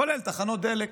כולל תחנות דלק.